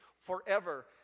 forever